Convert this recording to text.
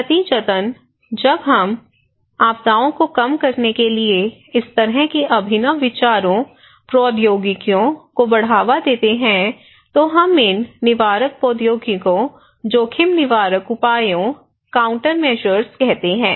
नतीजतन जब हम आपदाओं को कम करने के लिए इस तरह के अभिनव विचारों प्रौद्योगिकियों को बढ़ावा देते हैं तो हम इन निवारक प्रौद्योगिकियों जोखिम निवारक उपायों काउंटरमेशर्स कहते हैं